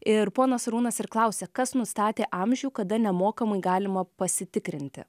ir ponas arūnas ir klausia kas nustatė amžių kada nemokamai galima pasitikrinti